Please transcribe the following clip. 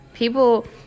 People